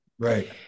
Right